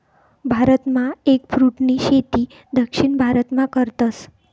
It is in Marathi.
भारतमा एगफ्रूटनी शेती दक्षिण भारतमा करतस